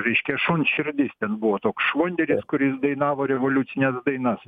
reiškia šuns širdis ten buvo toks švonderis kuris dainavo revoliucines dainas